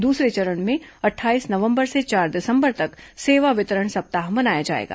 दूसरे चरण में अट्ठाईस नवंबर से चार दिसंबर तक सेवा वितरण सप्ताह मनाया जाएगा